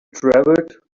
travelled